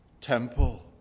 temple